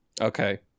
Okay